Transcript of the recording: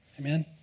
Amen